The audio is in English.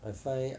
I find